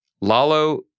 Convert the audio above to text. Lalo